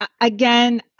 Again